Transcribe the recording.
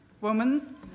woman